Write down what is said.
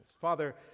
Father